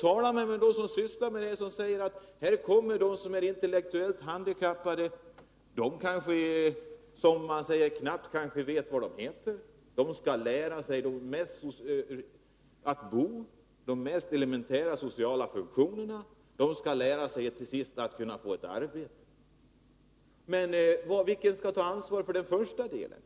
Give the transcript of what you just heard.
Tala med dem som arbetar med detta! De säger att de som är intellektuellt handikappade — som kanske knappt vet vad de heter — först skall lära sig de mest elementära sociala funktionerna, som t.ex. att bo, för att till sist kunna få ett arbete. Vilka skall ta ansvaret för den första delen?